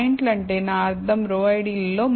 పాయింట్ల అంటే నా అర్థం రో ఐడి లలో